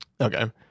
Okay